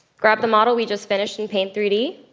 grab the model we just finished in paint three d,